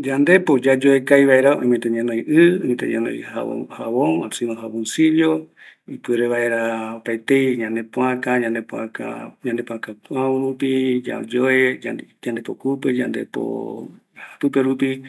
Yandepo yayoe kavi vaera, oimeta ñanoi ɨ, oimeta ñanoi jabon, jaboncillo, ipuerevaera opaetei ñanepoaka, ïpäü rupi yayoe, yandepo kupe, yandepo pɨterupi,